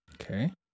Okay